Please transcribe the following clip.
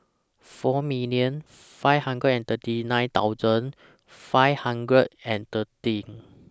four million five hundred and thirty nine thousand five hundred and thirteen